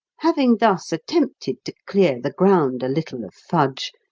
having thus attempted to clear the ground a little of fudge,